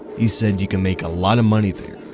he said you can make a lot of money there,